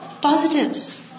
positives